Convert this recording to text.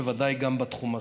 בוודאי גם בתחום הזה.